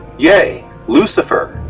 yay, lucifer.